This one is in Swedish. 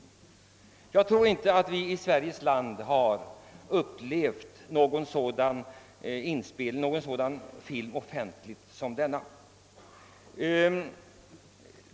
För resten — agerar man utan att veta vad man ger sig in på? Jag tror inte att någon sådan film som denna har visats offentligt i Sverige tidigare.